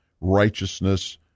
righteousness